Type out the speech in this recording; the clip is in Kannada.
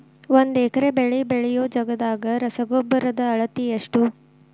ಒಂದ್ ಎಕರೆ ಬೆಳೆ ಬೆಳಿಯೋ ಜಗದಾಗ ರಸಗೊಬ್ಬರದ ಅಳತಿ ಎಷ್ಟು?